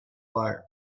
fire